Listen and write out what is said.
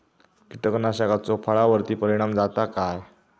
कीटकनाशकाचो फळावर्ती परिणाम जाता काय?